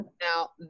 Now